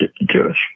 Jewish